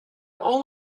all